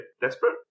desperate